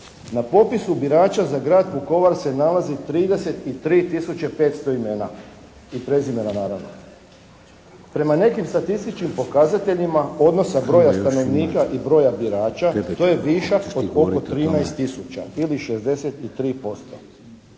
Na popisu birača za Grad Vukovar se nalazi 33 tisuće 500 imena i prezimena, naravno. Prema nekim statističkim pokazateljima odnosa broja stanovnika i broja birača to je višak od oko 13 tisuća ili 63%.